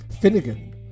Finnegan